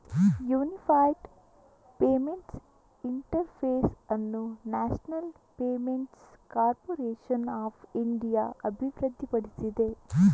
unified payments interface ಅನ್ನು national payments corporation of India ಅಭಿವೃದ್ಧಿಪಡಿಸಿದೆ